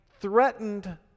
threatened